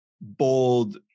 bold